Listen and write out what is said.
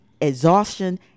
exhaustion